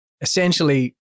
essentially